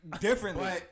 differently